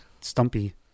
stumpy